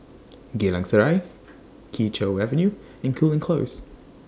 Geylang Serai Kee Choe Avenue and Cooling Close